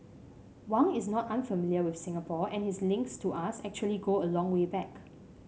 Wang is not unfamiliar with Singapore and his links to us actually go a long way back